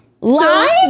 Live